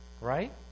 Right